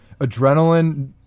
adrenaline